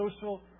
social